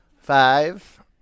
Five